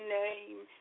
name